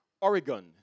Oregon